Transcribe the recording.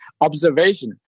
observation